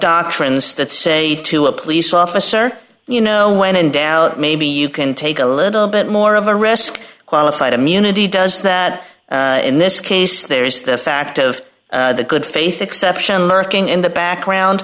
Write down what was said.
doctrines that say to a police officer you know when in doubt maybe you can take a little bit more of a risk qualified immunity does that in this case there is the fact of the good faith exception lurking in the background